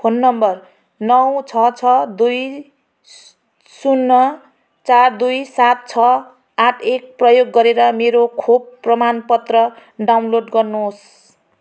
phone number नौ छ छ दुई शून्य चार दुई सात छ आठ एक प्रयोग गरेर मेरो खोप प्रमाणपत्र डाउनलोड गर्नुहोस्